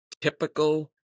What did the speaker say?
typical